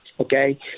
Okay